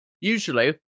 usually